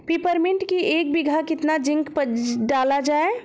Peppermint की एक बीघा कितना जिंक डाला जाए?